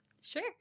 Sure